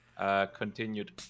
continued